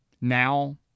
now